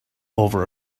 over